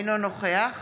אינו נוכח